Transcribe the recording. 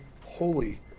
holy